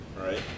right